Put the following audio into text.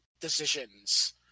decisions